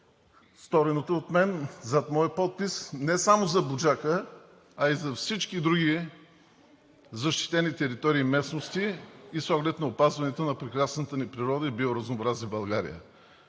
стореното от мен, зад моя подпис – не само за „Буджака“, а и за всички други защитени територии и местности и с оглед на опазването на прекрасната ни природа и биоразнообразие в България.